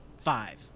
five